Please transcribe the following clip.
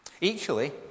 equally